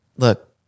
Look